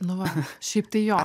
nu va šiaip tai jo